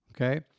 Okay